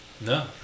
No